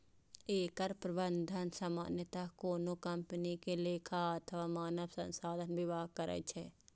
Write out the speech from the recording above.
एकर प्रबंधन सामान्यतः कोनो कंपनी के लेखा अथवा मानव संसाधन विभाग करै छै